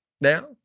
now